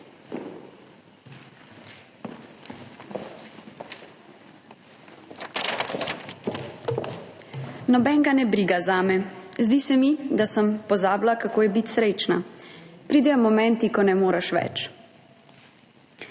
»Nobenega ne briga zame.« »Zdi se mi, da sem pozabila, kako je biti srečna.« »Pridejo momenti, ko ne moreš več.«